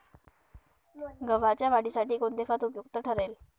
गव्हाच्या वाढीसाठी कोणते खत उपयुक्त ठरेल?